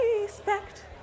respect